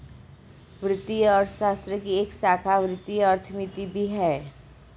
वित्तीय अर्थशास्त्र की एक शाखा वित्तीय अर्थमिति भी है